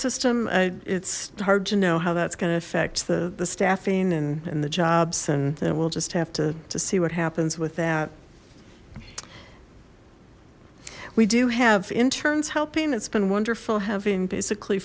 system it's hard to know how that's going to affect the the staffing and the jobs and we'll just have to see what happens with that we do have interns helping it's been wonderful having basically